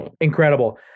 incredible